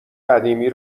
قدیمی